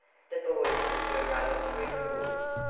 the boys were running through the woods,